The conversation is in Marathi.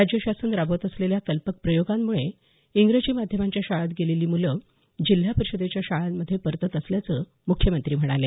राज्यशासन राबवत असलेल्या कल्पक प्रयोगांमुळे इंग्रजी माध्यमांच्या शाळांत गेलेली मुलं जिल्हा परिषदेच्या शाळांमध्ये परतत असल्याचं मुख्यमंत्री म्हणाले